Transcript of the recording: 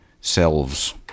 selves